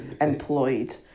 employed